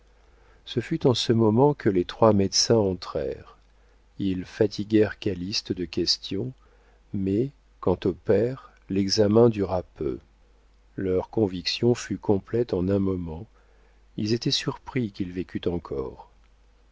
ce fut en ce moment que les trois médecins entrèrent ils fatiguèrent calyste de questions mais quant au père l'examen dura peu leur conviction fut complète en un moment ils étaient surpris qu'il vécût encore